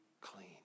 clean